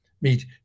meet